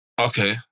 Okay